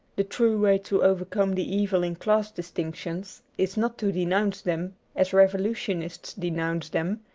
the true way to overcome the evil in class distinc tions is not to denounce them as revolutionists denounce them,